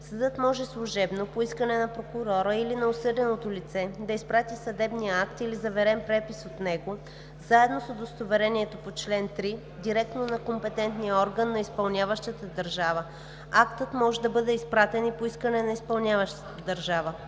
Съдът може служебно, по искане на прокурора или на осъденото лице, да изпрати съдебния акт или заверен препис от него заедно с удостоверението по чл. 3 директно на компетентния орган на изпълняващата държава. Актът може да бъде изпратен и по искане на изпълняващата държава.